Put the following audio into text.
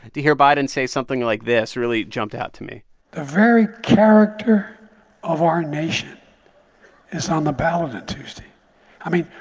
to hear biden say something like this really jumped out to me the very character of our nation is on the ballot on tuesday i mean,